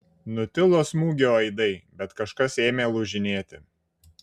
nutilo smūgio aidai bet kažkas ėmė lūžinėti